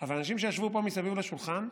אבל האנשים שישבו פה מסביב לשולחן,